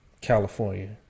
California